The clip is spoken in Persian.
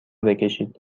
بکشید